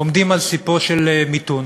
עומדים על ספו של מיתון,